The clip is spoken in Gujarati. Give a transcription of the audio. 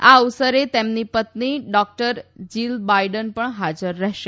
આ અવસરે તેમની પત્ની ડોકટર જીલ બાઇડન પણ હાજર રહેશે